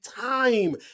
time